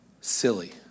silly